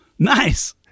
Nice